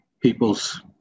people's